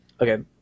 Okay